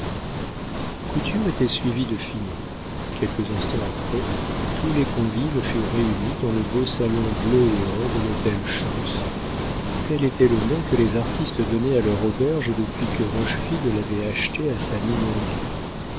couture était suivi de finot quelques instants après tous les convives furent réunis dans le beau salon bleu et or de l'hôtel schontz tel était le nom que les artistes donnaient à leur auberge depuis que rochefide l'avait achetée à sa ninon